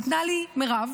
נתנה לי מירב,